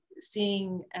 seeing